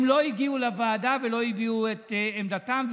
הם לא הגיעו לוועדה ולא הביעו את עמדתם,